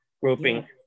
grouping